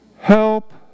Help